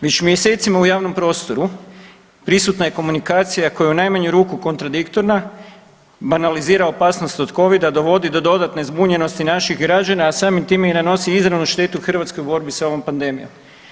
Već mjesecima u javnom prostoru prisutna je komunikacija koja je u najmanju kontradiktorna banalizira opasnost od Covid-a, dovodi do dodatne zbunjenosti naših građana, a samim time i nanosi izravnu štetu hrvatskoj borbi sa ovom pandemijom.